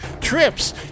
trips